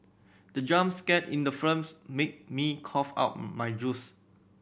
the jump scare in the films made me cough out my juice